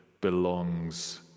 belongs